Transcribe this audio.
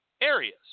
areas